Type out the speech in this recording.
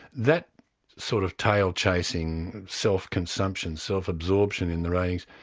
that sort of tail-chasing, self-consumption, self-absorption in the ratings,